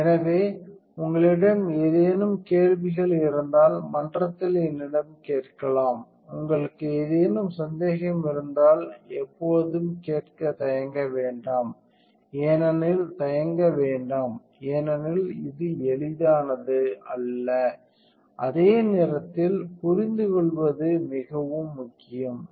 எனவே உங்களிடம் ஏதேனும் கேள்விகள் இருந்தால் மன்றத்தில் என்னிடம் கேட்கலாம் உங்களுக்கு ஏதேனும் சந்தேகம் இருந்தால் எப்போதும் கேட்க தயங்க வேண்டாம் ஏனெனில் தயங்க வேண்டாம் ஏனெனில் இது எளிதானது அல்ல அதே நேரத்தில் புரிந்துகொள்வது மிகவும் முக்கியம்